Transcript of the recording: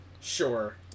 Sure